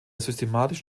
systematisch